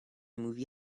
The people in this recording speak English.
movie